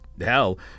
hell